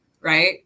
Right